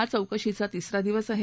हा चौकशीचा तिसरा दिवस आहे